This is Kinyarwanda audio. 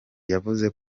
yavuze